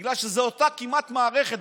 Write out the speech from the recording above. בגלל שזו כמעט אותה מערכת,